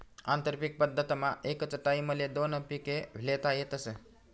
आंतरपीक पद्धतमा एकच टाईमले दोन पिके ल्हेता येतस